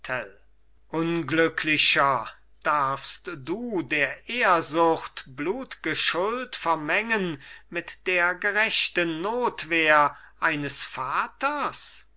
unglücklicher darfst du der ehrsucht blut'ge schuld vermengen mit der gerechten notwehr eines vaters